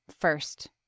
first